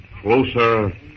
closer